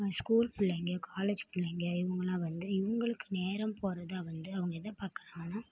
school புள்ளைங்க college பிள்ளைங்க இவங்களாம் வந்து இவங்களுக்கு நேரம் போறதா வந்து அவங்க எதை பார்க்கறாங்கனா